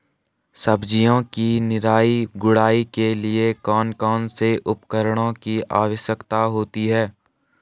सब्जियों की निराई गुड़ाई के लिए कौन कौन से उपकरणों की आवश्यकता होती है?